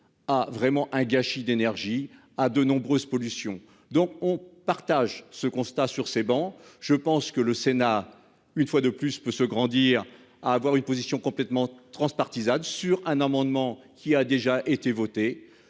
À vraiment un gâchis d'énergie à de nombreuses pollutions donc on partage ce constat sur ces bancs. Je pense que le Sénat, une fois de plus, peut se grandir à avoir une position complètement transpartisane sur un amendement qui a déjà été voté.